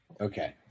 Okay